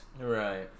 Right